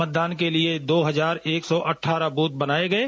मतदान के लिए दो हजार एक सौ अट्ठारह बूथ बनाये गये